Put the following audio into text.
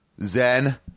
Zen